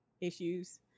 issues